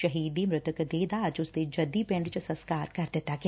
ਸ਼ਹੀਦ ਦੀ ਮ੍ਰਿਤਕ ਦੇਹ ਦਾ ਅੱਜ ਉਸਦੇ ਜੱਦੀ ਪਿੰਡ ਚ ਸਸਕਾਰ ਕਰ ਦਿੱਤਾ ਗਿਆ